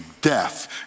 death